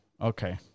Okay